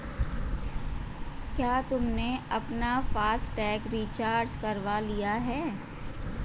क्या तुमने अपना फास्ट टैग रिचार्ज करवा लिया है?